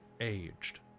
aged